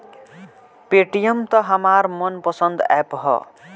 Paytm त हमार मन पसंद ऐप ह